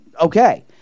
Okay